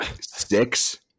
Six